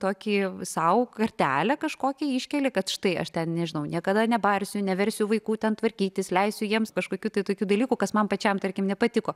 tokį sau kartelę kažkokį iškeli kad štai aš ten nežinau niekada nebarsiu neversiu vaikų ten tvarkytis leisiu jiems kažkokiu tai tokių dalykų kas man pačiam tarkim nepatiko